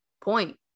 point